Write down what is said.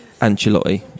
Ancelotti